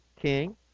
king